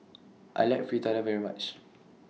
I like Fritada very much